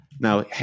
now